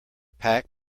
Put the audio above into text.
pack